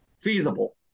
feasible